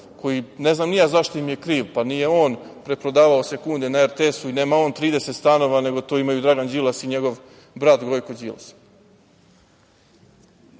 koji ne znam ni zašto im je kriv, pa nije on preprodavao sekunde na RTS, nema on 30 stanova, nego to imaju Dragan Đilas i njegov brat Gojko Đilas. Često